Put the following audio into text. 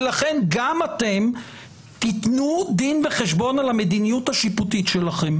ולכן גם אתם תתנו דין וחשבון על המדיניות השיפוטית שלכם,